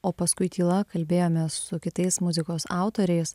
o paskui tyla kalbėjomės su kitais muzikos autoriais